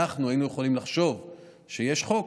אנחנו היינו יכולים לחשוב שיש חוק,